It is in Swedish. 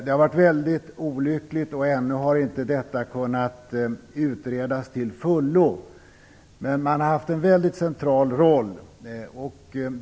Det har varit väldigt olyckligt och ännu har inte detta kunnat utredas till fullo, men man har haft en väldigt central roll.